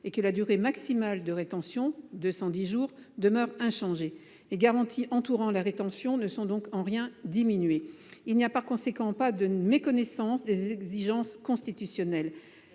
et que la durée maximale de rétention – 210 jours – demeure inchangée. Les garanties entourant la rétention ne sont donc en rien diminuées. Il n’y a par conséquent pas de méconnaissance des exigences constitutionnelles.